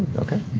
okay.